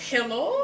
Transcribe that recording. Hello